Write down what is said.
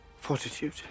fortitude